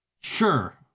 Sure